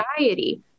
anxiety